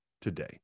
today